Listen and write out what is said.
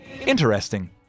Interesting